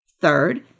Third